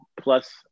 plus